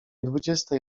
dwudziestej